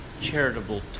charitable